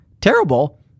Terrible